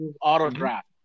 auto-draft